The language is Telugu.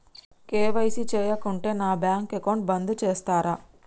కే.వై.సీ చేయకుంటే నా బ్యాంక్ అకౌంట్ బంద్ చేస్తరా?